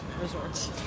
resorts